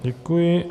Děkuji.